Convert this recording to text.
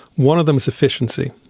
one of them is efficiency.